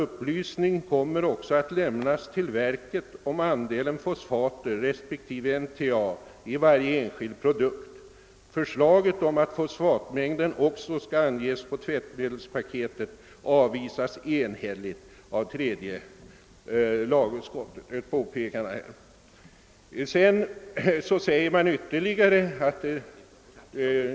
Upplysning kommer också att lämnas till verket om andelen fosfater resp. NTA i varje enskild produkt.» Därefter nämns att förslaget om att fosfatmängden också skall anges på tvättmedelspaketen enhälligt avvisas av tredje lagutskottet.